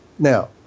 Now